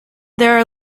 there